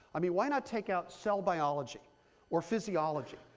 i mean, why not take out cell biology or physiology,